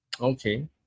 Okay